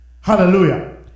Hallelujah